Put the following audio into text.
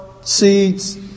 seeds